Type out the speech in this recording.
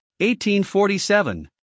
1847